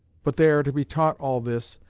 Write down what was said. but they are to be taught all this,